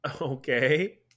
Okay